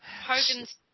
Hogan's